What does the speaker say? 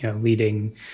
leading